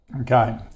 okay